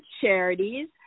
charities